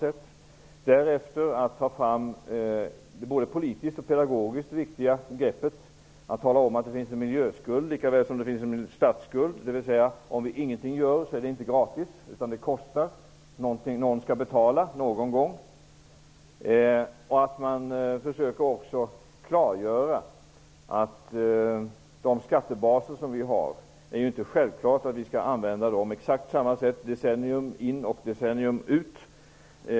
Vi försöker ta det både politiskt och pedagogiskt viktiga greppet att tala om att det finns en miljöskuld likaväl som det finns en statsskuld, dvs. att om vi ingenting gör så är det inte gratis. Det kostar. Någon skall betala någon gång. Vi försöker också klargöra att det inte är självklart att vi skall använda de skattebaser som vi har på exakt sammma sätt decennium ut och decennium in.